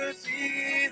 see